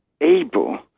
able